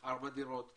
4 דירות,